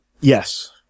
Yes